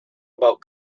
about